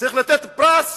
צריך לתת פרס